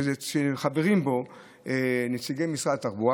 שחברים בו נציגי משרד התחבורה,